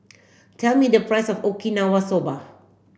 tell me the price of Okinawa Soba